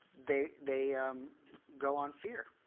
they they go on fear.